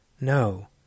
No